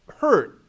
hurt